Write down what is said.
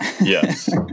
Yes